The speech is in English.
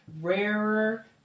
rarer